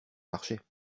marchait